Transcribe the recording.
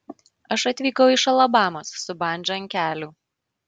aš atvykau iš alabamos su bandža ant kelių